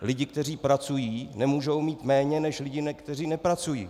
Lidi, kteří pracují, nemůžou mít méně než lidi, kteří nepracují.